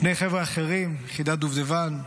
שני חבר'ה אחרים מיחידת דובדבן,